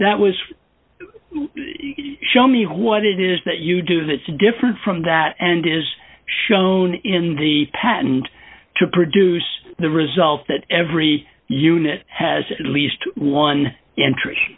that was show me what it is that you do that's different from that and is shown in the patent to produce the result that every unit has at least one in